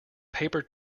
paper